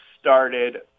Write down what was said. started